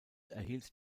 erhielt